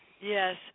yes